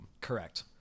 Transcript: Correct